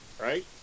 Right